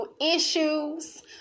issues